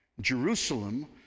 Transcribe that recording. Jerusalem